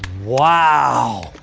wow.